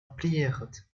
приехать